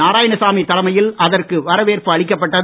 நாராயணசாமி தலைமையில் அதற்கு வரவேற்பு அளிக்கப்பட்டது